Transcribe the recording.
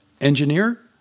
engineer